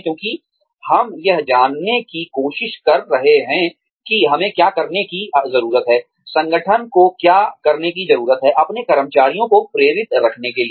क्योंकि हम यह जानने की कोशिश कर रहे हैं कि हमें क्या करने की जरूरत है संगठन को क्या करने की जरूरत है अपने कर्मचारियों को प्रेरित रखने के लिए